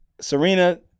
Serena